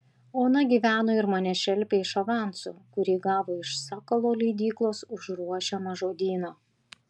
ona gyveno ir mane šelpė iš avanso kurį gavo iš sakalo leidyklos už ruošiamą žodyną